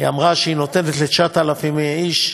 אמרה שהיא נותנת ל-9,000 איש,